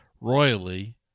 royally